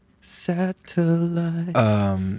satellite